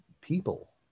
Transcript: people